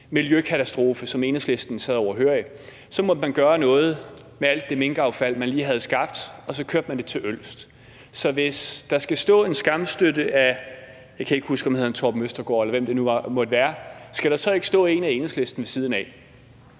miljøkatastrofe, som Enhedslisten sad overhørig. Så måtte man gøre noget med alt det minkaffald, man lige havde skabt, og så kørte man det til Ølst. Så hvis der skal stå en skamstøtte af, jeg kan ikke huske, om han hedder Torben Østergaard, eller hvem det nu måtte være, skal der så ikke stå en af Enhedslisten ved siden af?